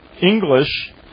English